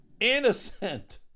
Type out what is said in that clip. Innocent